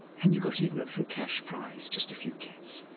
and you got even a little cash prize, just a few kyats.